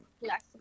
Yes